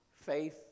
Faith